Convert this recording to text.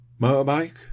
motorbike